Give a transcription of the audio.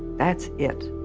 that's it.